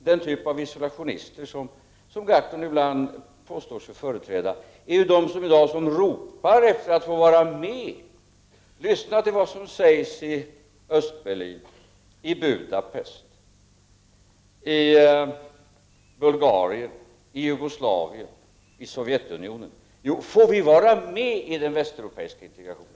Den typ av isolationister som Per Gahrton ibland påstår sig företräda är de som i dag ropar efter att få vara med. Lyssna till vad som sägs i Östberlin, i Budapest, i Bulgarien, i Jugoslavien, i Sovjetunionen. Där säger man: Får vi vara med i den västeuropeiska integrationen?